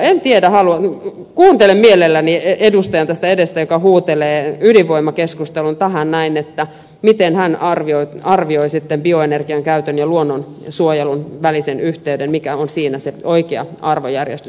en tiedä kuuntelen mielelläni miten edustaja tässä edessä joka huutelee ydinvoimakeskusteluun tähän näin arvioi bioenergian käytön ja luonnonsuojelun välisen yhteyden mikä on siinä se oikea arvojärjestys